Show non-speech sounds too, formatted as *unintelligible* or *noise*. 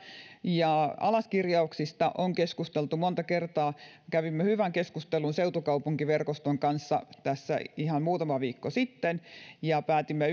ja alaskirjauksista on keskusteltu monta kertaa kävimme hyvän keskustelun seutukaupunkiverkoston kanssa tässä ihan muutama viikko sitten ja päätimme *unintelligible*